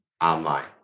online